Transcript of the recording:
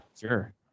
sure